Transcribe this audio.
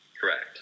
Correct